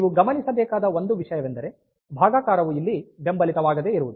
ನೀವು ಗಮನಿಸಬೇಕಾದ ಒಂದು ವಿಷಯವೆಂದರೆ ಭಾಗಾಕಾರವು ಇಲ್ಲಿ ಬೆಂಬಲಿತವಾಗದೇ ಇರುವುದು